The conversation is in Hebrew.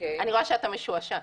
אני רואה שאתה משועשע.